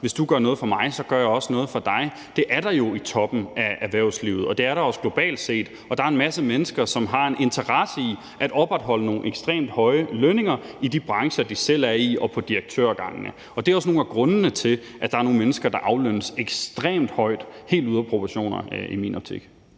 hvis du gør noget for mig, så gør jeg også noget for dig, i toppen af erhvervslivet, og det er der også globalt set. Der er en masse mennesker, som har en interesse i at opretholde nogle ekstremt høje lønninger i de brancher, de selv er i, og på direktørgangene. Og det er også en af grundene til, at der er nogle mennesker, der aflønnes ekstremt højt, helt ude af proportioner i min optik.